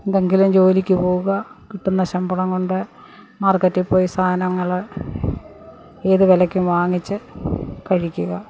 എന്തെങ്കിലും ജോലിക്ക് പോവുക കിട്ടുന്ന ശമ്പളം കൊണ്ട് മാർക്കറ്റിൽ പോയി സാധനങ്ങള് ഏത് വിലയ്ക്കും വാങ്ങിച്ച് കഴിക്കുക